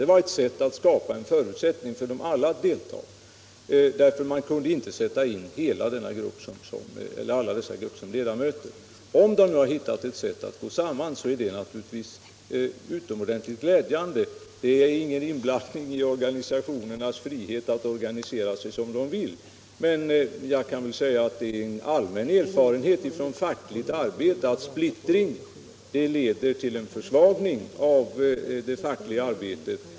Det var ett sätt att skapa en förutsättning för dem alla att delta, för man kunde ju inte sätta in företrädare för alla grupper som ledamöter i utredningen. Om de nu har hittat ett sätt att gå samman, är det naturligtvis utomordentligt glädjande. Det är inte fråga om någon inblandning i de studerandes frihet att organisera sig som de vill, men jag kan väl säga att det är en allmän erfarenhet från fackligt arbete att splittring leder till försvagning av det fackliga arbetet.